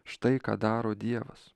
štai ką daro dievas